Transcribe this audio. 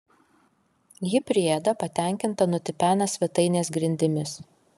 ji priėda patenkinta nutipena svetainės grindimis